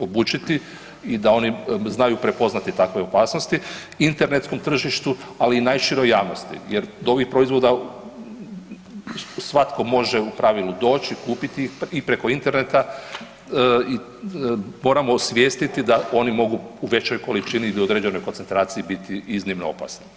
obučiti i da oni znaju prepoznati takve opasnosti na internetskom tržištu ali i najširoj javnosti jer do ovih proizvoda svatko može u pravilu doći, kupiti ih i preko interneta i moramo osvijestiti da oni mogu u većoj količini i u određenoj koncentraciji biti iznimno opasni.